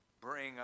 bring